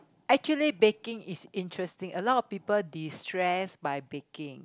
actually baking is interesting a lot of people destress by baking